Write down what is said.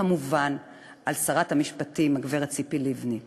וכמובן על שרת המשפטים הגברת ציפי לבני.